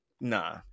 Nah